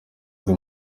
buri